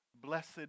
Blessed